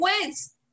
wins